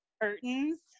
curtains